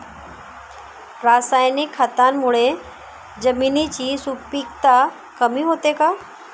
रासायनिक खतांमुळे जमिनीची सुपिकता कमी होते का?